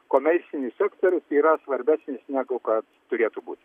komercinis sektorius yra svarbesnis negu kad turėtų būt